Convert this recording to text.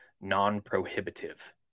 non-prohibitive